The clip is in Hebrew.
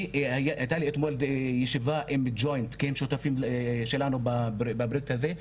היתה לי אתמול ישיבה עם הג'ויינט כי הם שותפים שלנו בפרוייקט הזה,